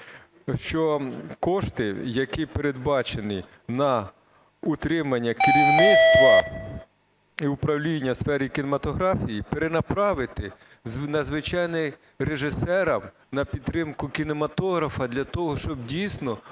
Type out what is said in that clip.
що кошти, які передбачені на утримання керівництва і управління в сфері кінематографії, перенаправити на звичайних режисерів, на підтримку кінематографа для того, щоб дійсно